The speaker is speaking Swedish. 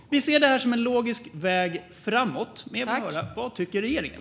Vi ser detta som en logisk väg framåt. Men jag vill höra: Vad tycker regeringen?